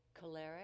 Choleric